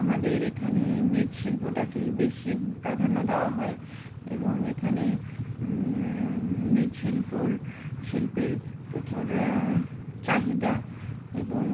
আমাদের এখানে মৃৎশিল্পটাকেই বেশি প্রাধান্য দাওয়া হয় এবং এখানে মৃৎশিল্পর শিল্পর শিল্পের প্রচুর চাহিদা এবং